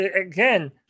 again